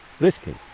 risky